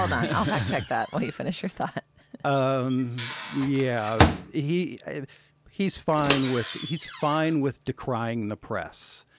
um that like that while you finish your thought um yeah he if he's fine with he's fine with decrying the press.